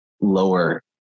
lower